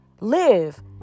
Live